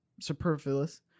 superfluous